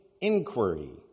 inquiry